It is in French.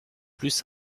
plus